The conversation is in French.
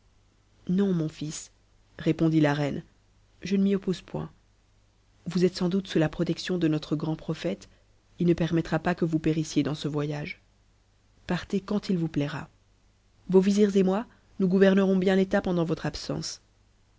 non mon fils répondit la reine je ne m'y oppose point vous êtes sans doute sous la protection de notre grand prophète il no permettra pas que vous périssiez dans ce voyage partez quand il vous plaira vos vizirs et moi nous gouvernerons bien l'état pendant votre absence